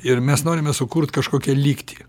ir mes norime sukurt kažkokią lygtį